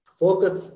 focus